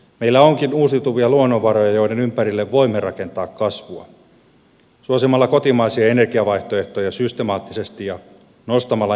meillä onkin uusiutuvia luonnonvaroja joiden ympärille voimme rakentaa kasvua suosimalla kotimaisia energiavaihtoehtoja systemaattisesti ja nostamalla energiaomavaraisuutta reilusti